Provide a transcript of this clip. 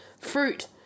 fruit